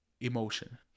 emotion